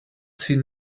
seen